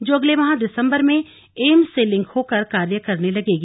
जो अगले माह दिसम्बर में एम्स से लिंक होकर कार्य करने लगेगी